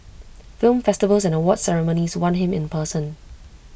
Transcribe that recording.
film festivals and awards ceremonies want him in person